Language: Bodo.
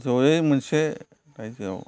जयै मोनसे जायगायाव